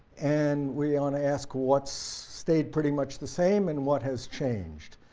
and we want to ask what's stayed pretty much the same and what has changed.